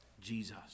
Jesus